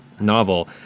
novel